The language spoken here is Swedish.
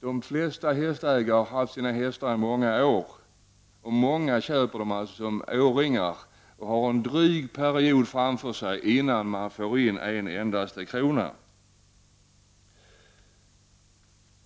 De flesta hästägare har haft sin häst i många år. Många köper dem som åringar och har en dryg period framför sig innan de får in en enda krona.